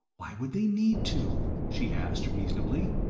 why would they need to? she asked, reasonably.